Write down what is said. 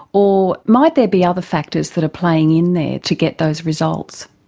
or might there be other factors that are playing in there to get those results?